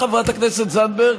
חברת הכנסת זנדברג,